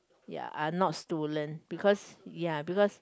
ya are not stolen because ya because